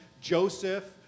Joseph